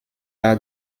par